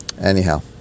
Anyhow